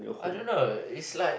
I don't know it's like